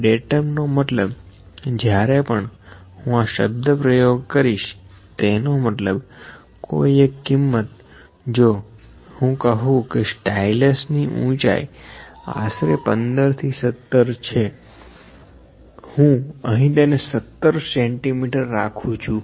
datum નો મતલબ જ્યારે પણ હું આં શબ્દપ્રયોગ કરીશ તેનો મતલબ કોઈ એક કિંમત જો હું કહું કે સ્ટાઇલશ ની ઊંચાઈ આશરે 15 થી 17 છે હું અહી તેને 17 cm રાખું છું